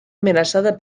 amenaçada